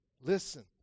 listen